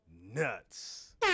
Nuts